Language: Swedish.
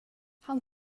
han